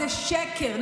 זה שקר.